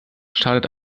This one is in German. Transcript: schadet